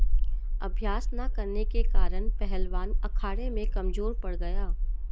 अभ्यास न करने के कारण पहलवान अखाड़े में कमजोर पड़ गया